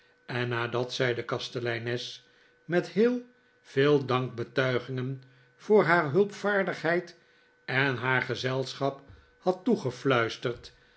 en nadat zij de kasteleines met heel veel dankbetuigingen voor haar huipvaardigheid en haar gezelschap had